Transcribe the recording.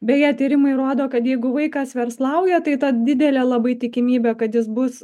beje tyrimai rodo kad jeigu vaikas verslauja tai ta didelė labai tikimybė kad jis bus